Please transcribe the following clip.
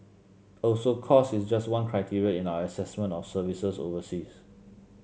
also cost is just one criteria in our assessment of services overseas